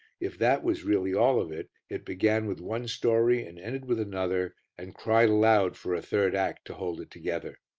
if that was really all of it, it began with one story and ended with another and cried aloud for a third act to hold it together.